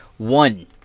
One